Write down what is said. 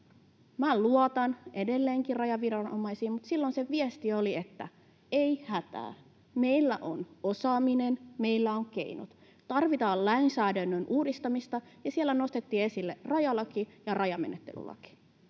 luotan edelleenkin rajaviranomaisiin. Mutta silloin se viesti oli: Ei hätää, meillä on osaaminen, meillä on keinot. Tarvitaan lainsäädännön uudistamista, ja siellä nostettiin esille rajalaki ja rajamenettelylaki.